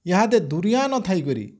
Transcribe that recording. ଏହାଦେ ଦୁରିଆ ନ ଥାଇ କରି